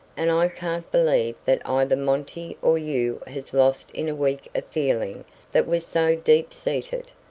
and i can't believe that either monty or you has lost in a week a feeling that was so deep-seated.